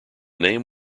name